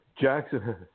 Jackson